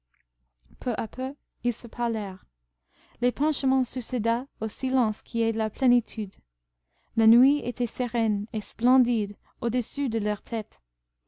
peu à peu ils se parlèrent l'épanchement succéda au silence qui est la plénitude la nuit était sereine et splendide au-dessus de leur tête